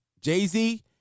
Jay-Z